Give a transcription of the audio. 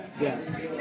Yes